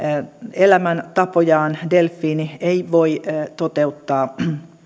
elämäntapojaan delfiini ei voi toteuttaa